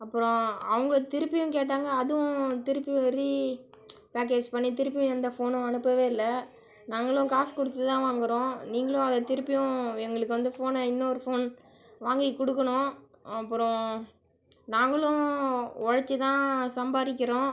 அப்புறோம் அவங்க திருப்பியும் கேட்டாங்கள் அதுவும் திருப்பி ரீ பகேஜ் பண்ணி திருப்பி எந்த ஃபோன்னு அனுப்பவே இல்லை நாங்களும் காசு கொடுத்து தான் வாங்கிறோம் நீங்களும் அதை திருப்பியும் எங்களுக்கு வந்து ஃபோனை இன்னொரு ஃபோன் வாங்கி கொடுக்குனு அப்புறோம் நாங்களும் உழைச்சி தான் சம்பாதிக்கிறோம்